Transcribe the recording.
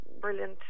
brilliant